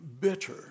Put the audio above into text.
bitter